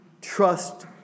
Trust